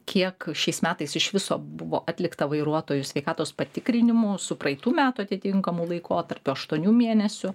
kiek šiais metais iš viso buvo atlikta vairuotojų sveikatos patikrinimų su praeitų metų atitinkamu laikotarpiu aštuonių mėnesių